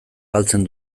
galtzen